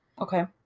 Okay